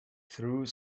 through